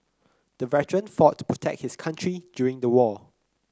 the veteran fought to protect his country during the war